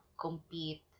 compete